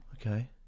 Okay